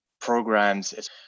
programs